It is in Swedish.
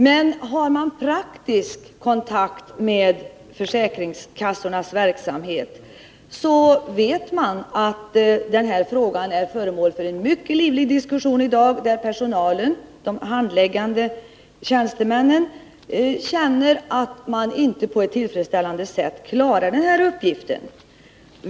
Men om man har praktisk kontakt med försäkringskassornas verksamhet, vet man att den här frågan i dag är föremål för en mycket livlig diskussion. De handläggande tjänstemännen känner att de inte på ett tillfredsställande sätt klarar av den här uppgiften.